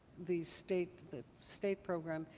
the state the state program.